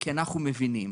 כי אנחנו מבינים.